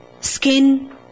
skin